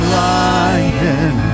lion